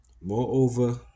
Moreover